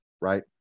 right